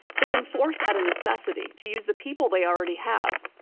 they've been forced out of necessity to use the people they already have,